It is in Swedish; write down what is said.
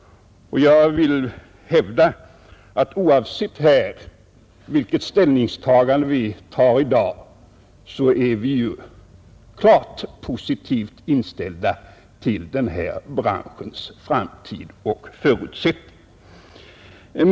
Jag vill hävda att oavsett vilket ställningstagande vi gör i dag är vi klart positivt inställda till denna branschs framtid och förutsättningar.